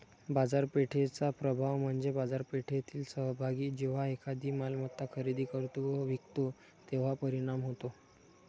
बाजारपेठेचा प्रभाव म्हणजे बाजारपेठेतील सहभागी जेव्हा एखादी मालमत्ता खरेदी करतो व विकतो तेव्हा परिणाम होतो